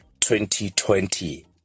2020